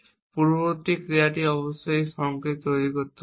পূর্ববর্তী ক্রিয়াটি অবশ্যই এই সংকেত তৈরি করতে হবে